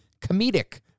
comedic